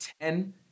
ten